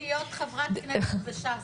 הצעתי את עצמי להיות חברת כנסת בש"ס,